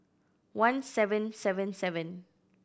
one seven seven seven